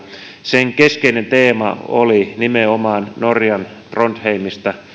sen keskeinen teema oli nimenomaan norjan trondheimista